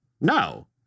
no